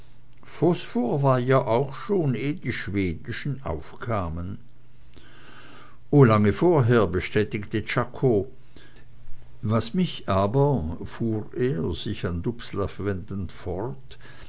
phosphor war ja auch schon eh die schwedischen aufkamen oh lange vorher bestätigte czako was mich aber fuhr er sich an dubslav wendend fort